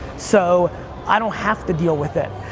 so i don't have to deal with it.